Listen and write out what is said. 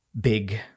big